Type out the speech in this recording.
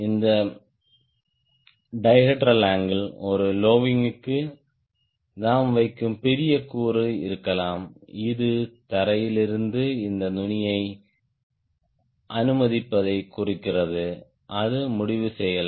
இந்த dihedral angle ஒரு low விங்க்கு நாம் வைக்கும் பெரிய கூறு இருக்கலாம் இது தரையில் இருந்து இந்த நுனியை அனுமதிப்பதை குறிக்கிறது அது முடிவு செய்யலாம்